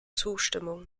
zustimmung